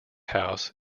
house